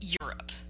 Europe